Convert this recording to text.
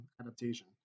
adaptation